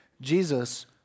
Jesus